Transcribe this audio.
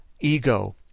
ego